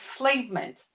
enslavement